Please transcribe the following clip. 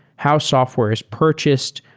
how software is purchased?